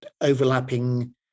overlapping